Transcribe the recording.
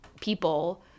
people